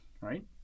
right